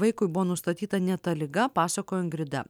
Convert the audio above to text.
vaikui buvo nustatyta ne ta liga pasakojo ingrida